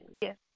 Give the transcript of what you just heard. Yes